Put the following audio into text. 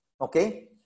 Okay